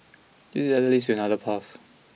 this ladder leads to another path